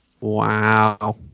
Wow